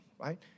right